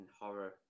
horror